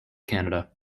canada